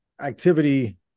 activity